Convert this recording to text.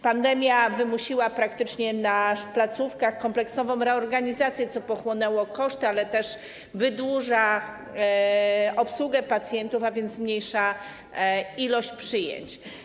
Pandemia wymusiła praktycznie na placówkach kompleksową reorganizację, co pochłonęło koszty, ale też wydłużyło obsługę pacjentów, a więc zmniejszyła się ilość przyjęć.